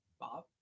Bob